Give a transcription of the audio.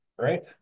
right